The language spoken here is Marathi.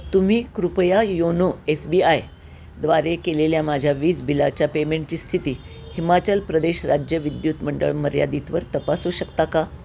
तुम्ही कृपया योनो एस बी आय द्वारे केलेल्या माझ्या वीज बिलाच्या पेमेंटची स्थिती हिमाचल प्रदेश राज्य विद्युत मंडळ मर्यादितवर तपासू शकता का